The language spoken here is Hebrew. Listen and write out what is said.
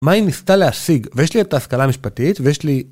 מה היא ניסתה להשיג? ויש לי את ההשכלה המשפטית ויש לי...